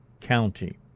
county